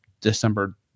December